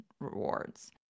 rewards